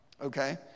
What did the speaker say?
okay